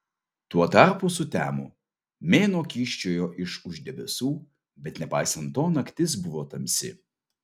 tuo tarpu sutemo mėnuo kyščiojo iš už debesų bet nepaisant to naktis buvo tamsi